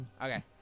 Okay